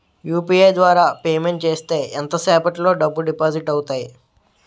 UPI ద్వారా payment చేస్తే ఎంత సేపటిలో డబ్బులు డిపాజిట్ అవుతాయి?